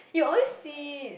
you always see